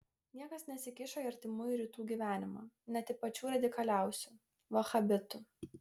niekas nesikišo į artimųjų rytų gyvenimą net į pačių radikaliausių vahabitų